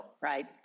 Right